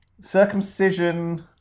Circumcision